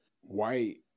white